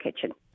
kitchen